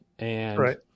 Right